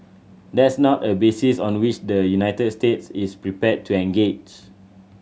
that's not a basis on which the United States is prepared to engage